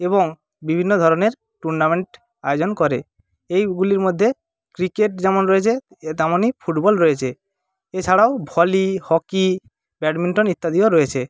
এবং বিভিন্ন ধরণের টুর্নামেন্ট আয়োজন করে এইগুলির মধ্যে ক্রিকেট যেমন রয়েছে তেমনই ফুটবল রয়েছে এছাড়াও ভলি হকি ব্যাডমিন্টন ইত্যাদিও রয়েছে